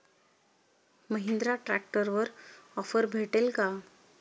महिंद्रा ट्रॅक्टरवर ऑफर भेटेल का?